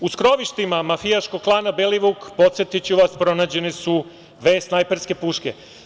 U skrovištima mafijaškog klana „Belivuk“, podsetiću vas, pronađene su dve snajperske puške.